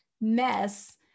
mess